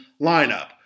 lineup